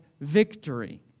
victory